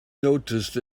noticed